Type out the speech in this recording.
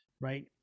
right